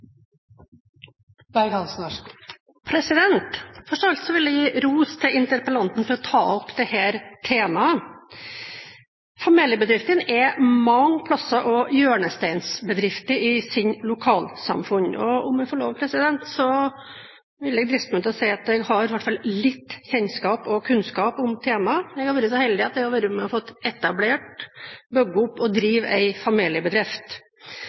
Først av alt vil jeg gi ros til interpellanten for å ta opp dette temaet. Familiebedriftene er mange plasser også hjørnesteinsbedrifter i sine lokalsamfunn, og om jeg får lov, vil jeg driste meg til å si at jeg i alle fall har litt kjennskap til og kunnskap om temaet. Jeg har vært så heldig at jeg har fått være med å etablere, bygge opp og drive en familiebedrift.